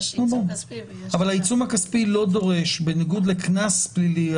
יש עיצום כספי --- אבל בניגוד לקנס פלילי,